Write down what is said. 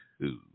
two